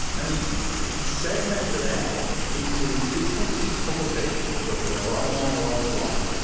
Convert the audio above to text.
and it's it's segmented out into different publications, whether they're online or offline,